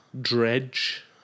Dredge